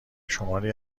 شماری